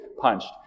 punched